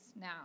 now